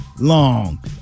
long